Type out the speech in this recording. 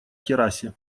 террасе